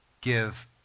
give